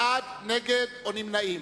בעד, נגד או נמנע.